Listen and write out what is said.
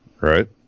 right